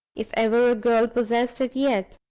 if ever a girl possessed it yet.